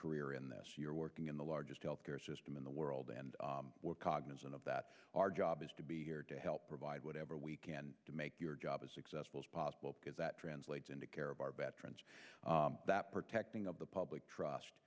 career in this year working in the largest health care system in the world and we're cognizant of that our job is to be here to help provide whatever we can to make your job as successful as possible because that translates into care of our best friends that protecting of the public trust